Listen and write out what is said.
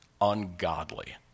ungodly